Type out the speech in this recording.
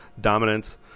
dominance